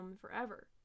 forever